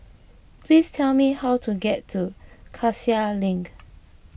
please tell me how to get to Cassia Link